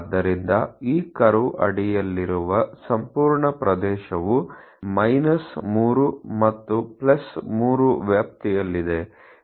ಆದ್ದರಿಂದ ಈ ಕರ್ವ್ ಅಡಿಯಲ್ಲಿರುವ ಸಂಪೂರ್ಣ ಪ್ರದೇಶವು 3 ಮತ್ತು 3 ವ್ಯಾಪ್ತಿಯಲ್ಲಿದೆ